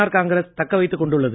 ஆர்காங்கிரஸ்தக்கவைத்துக்கொண்டுள்ளது